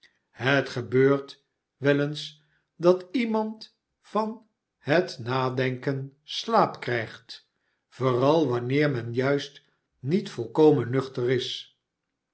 het gebeurt wel eens dat iemand van het nadenken slaap krijgt vooral wanneer men juist niet volkomen nuchter is